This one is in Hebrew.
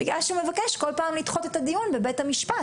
בגלל שהוא מבקש כל פעם לדחות את הדיון בבית המשפט.